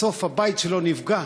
בסוף, הבית שלו נפגע,